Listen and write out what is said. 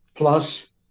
Plus